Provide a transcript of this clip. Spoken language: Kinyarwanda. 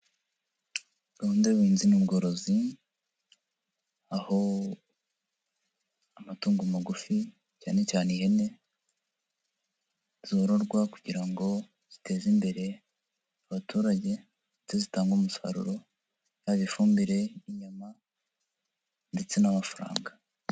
Gahunda y'ubuhinzi n'ubworozi, aho amatungo magufi cyane cyane ihene, zororwa kugira ngo ziteze imbere abaturage zijye zitanga umusaruro, yaba ifumbire, inyama ndetse n'amafaranga.